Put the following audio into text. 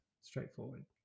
Straightforward